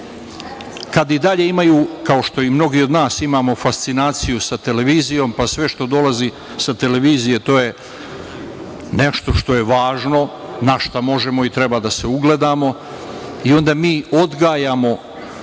kad i dalje imaju, kao što i mnogi od nas imamo fascinaciju sa televizijom pa sve što dolazi sa televizije, to je nešto što je važno, na šta možemo i trebamo da se ugledamo, onda mi odgajamo